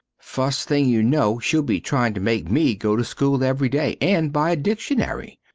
fust thing you no she'll be trying to make me go to school every day and buy a dicshunary.